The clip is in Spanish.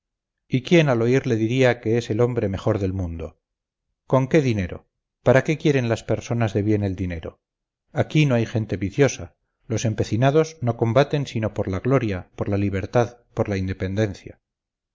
y quién al oírle diría que es el hombre mejor del mundo con qué dinero para qué quieren las personas de bien el dinero aquí no hay gente viciosa los empecinados no combaten sino por la gloria por la libertad por la independencia